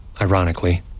ironically